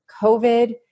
COVID